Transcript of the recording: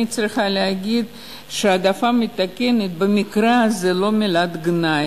אני צריכה להגיד שהעדפה מתקנת במקרה הזה זה לא מילת גנאי.